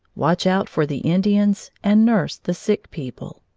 watch out for the indians, and nurse the sick people.